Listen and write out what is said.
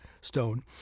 Stone